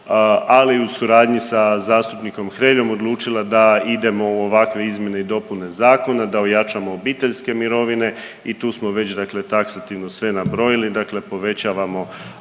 ali i u suradnji sa zastupnikom Hreljom odlučila da idemo u ovakve izmjene i dopune zakona, da ojačamo obiteljske mirovine i tu smo već, dakle taksativno sve nabrojili. Dakle, povećavamo